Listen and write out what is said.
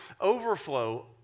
overflow